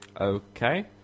Okay